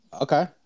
Okay